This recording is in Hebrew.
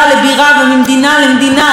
20 דקות נסיעה מכאן,